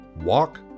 walk